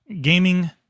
gaming